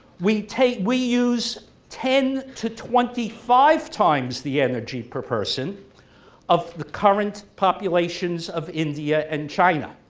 we take we use ten to twenty five times the energy per person of the current populations of india and china,